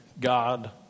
God